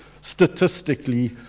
statistically